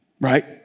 right